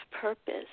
purpose